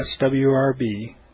SWRB